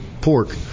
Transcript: pork